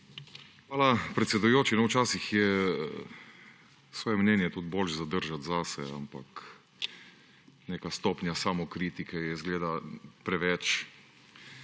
Hvala, predsedujoči. Včasih je svoje mnenje tudi bolje zadržati zase, ampak neka stopnja samokritike je, izgleda, preveč,